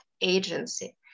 agency